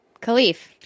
Khalif